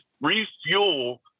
refuel